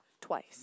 twice